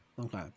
okay